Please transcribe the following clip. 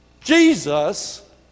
Jesus